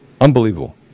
Unbelievable